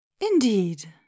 Indeed